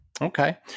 Okay